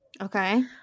okay